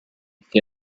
che